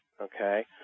okay